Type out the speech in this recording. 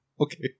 Okay